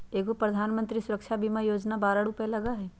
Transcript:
एगो प्रधानमंत्री सुरक्षा बीमा योजना है बारह रु लगहई?